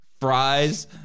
fries